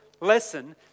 lesson